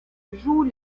joue